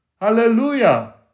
Hallelujah